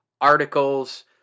articles